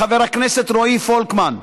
לחבר הכנסת רועי פולקמן.